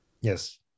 Yes